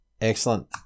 Excellent